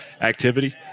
activity